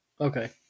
Okay